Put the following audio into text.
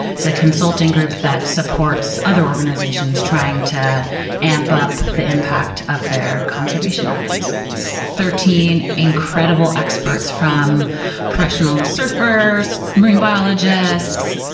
is a consulting group that supports other organizations trying to amp up the impact of their conservation efforts. it's thirteen incredible experts from professional surfers, marine biologists,